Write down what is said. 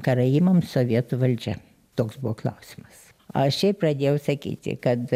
karaimams sovietų valdžia toks buvo klausimas aš jai pradėjau sakyti kad